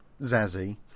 Zazzy